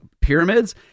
pyramids